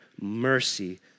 mercy